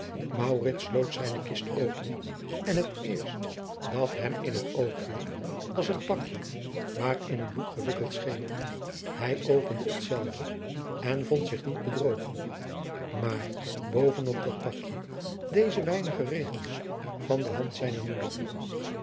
sloot zijne kist open en het eerst dat hem in het oog viel was een pakje waarin een boek gewikkeld scheen hij opende hetzelve en vond zich niet bedrogen maar boven op dat pakje deze weinige regels van de hand zijner moeder